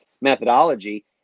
methodology